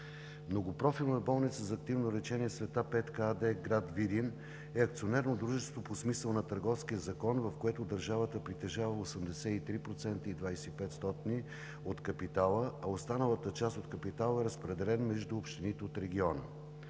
Многопрофилната болница за активно лечение „Света Петка“ АД – град Видин, е акционерно дружество по смисъла на Търговския закон, в което държавата притежава 83,25% от капитала, а останалата част от капитала е разпределена между общините от региона,